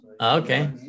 okay